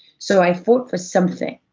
so i fought for something,